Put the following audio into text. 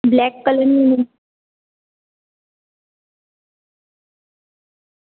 black કલરની